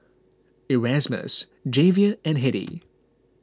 Erasmus Javier and Hedy